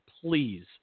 please